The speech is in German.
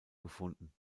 gefunden